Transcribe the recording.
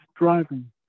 driving